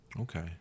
Okay